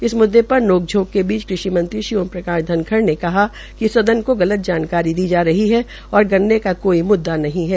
इस मुददे पर नोक झोंक के बीच कृषि मंत्री ओम प्रकाश धनखड़ ने कहा कि सदन को गलत जानकारी दी जा रही है और गन्ने का कोई म्द्दा नहीं है